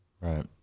Right